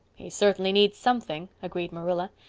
he certainly needs something, agreed marilla.